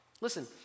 Listen